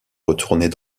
retourner